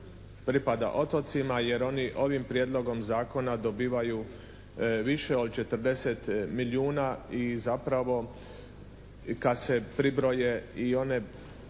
pripada otocima jer oni ovim prijedlogom zakona dobivaju više od 40 milijuna i zapravo kad se pribroje i one